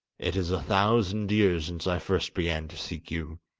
it is a thousand years since i first began to seek you